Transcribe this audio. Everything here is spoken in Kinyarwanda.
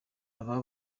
aba